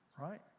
Right